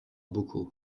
bocaux